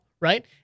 right